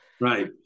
Right